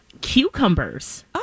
Cucumbers